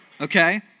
Okay